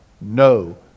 no